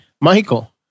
Michael